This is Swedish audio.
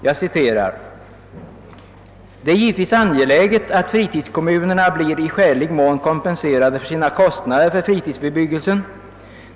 Utskottet anför sålunda: »Det är givetvis angeläget att fritidskommunerna blir i skälig mån kompenserade för sina kostnader för fritidsbebyggelsen.